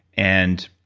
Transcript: and